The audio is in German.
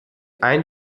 ein